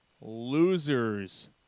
losers